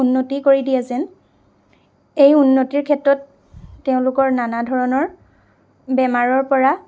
উন্নতি কৰি দিয়ে যেন এই উন্নতিৰ ক্ষেত্ৰত তেওঁলোকৰ নানা ধৰণৰ বেমাৰৰ পৰা